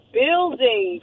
building